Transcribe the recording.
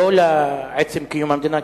לא לעצם קיום המדינה,